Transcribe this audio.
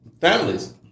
families